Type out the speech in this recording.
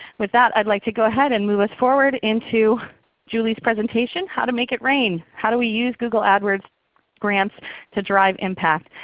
with that i'd like to go ahead and move us forward into julie's presentation, how to make it rain. how do we use google adwords grants to drive impact?